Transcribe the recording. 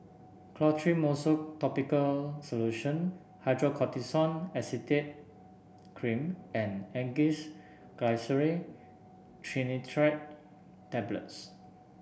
Clotrimozole Topical Solution Hydrocortisone Acetate Cream and Angised Glyceryl Trinitrate Tablets